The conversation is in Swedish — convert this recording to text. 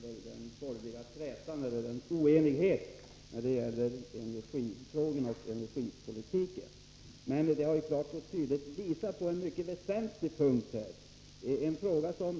Herr talman! Låt mig få säga ytterligare några ord till Karl Björzén, så att han inte tror att jag bekymrar mig över den borgerliga oenigheten när det gäller energifrågorna.